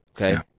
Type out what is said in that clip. okay